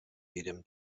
jedem